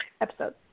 episode